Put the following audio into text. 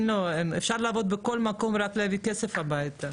אפשר לעבוד בכל מקום ורק להביא כסף הביתה.